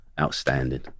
outstanding